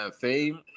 fame